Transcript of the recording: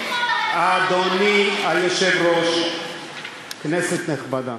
אדוני היושב-ראש, כנסת נכבדה,